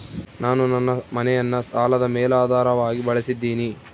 ನಾನು ನನ್ನ ಮನೆಯನ್ನ ಸಾಲದ ಮೇಲಾಧಾರವಾಗಿ ಬಳಸಿದ್ದಿನಿ